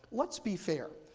let's be fair.